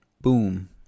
boom